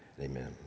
Amen